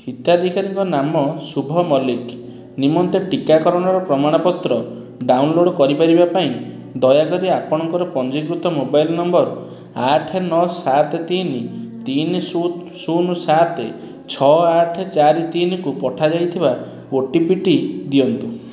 ହିତାଧିକାରୀ ନାମ ଶୁଭ ମଲ୍ଲିକ ନିମନ୍ତେ ଟୀକାକରଣର ପ୍ରମାଣପତ୍ର ଡାଉନଲୋଡ଼୍ କରିବା ପାଇଁ ଦୟାକରି ଆପଣଙ୍କର ପଞ୍ଜୀକୃତ ମୋବାଇଲ ନମ୍ବର ଆଠ ନଅ ସାତ ତିନି ତିନି ଶୂନ ସାତ ଛଅ ଆଠ ଚାରି ତିନିକୁ ପଠାଯାଇଥିବା ଓଟିପିଟି ଦିଅନ୍ତୁ